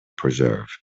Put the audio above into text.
preserve